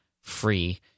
free